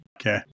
Okay